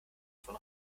von